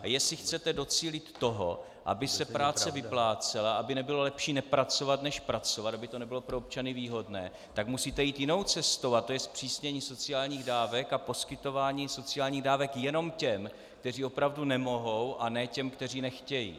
A jestli chcete docílit toho, aby se práce vyplácela, aby nebylo lepší nepracovat než pracovat, aby to nebylo pro občany výhodné, tak musíte jít jinou cestou a tou je zpřísnění sociálních dávek a poskytování sociálních dávek jenom těm, kteří opravdu nemohou, a ne těm, kteří nechtějí.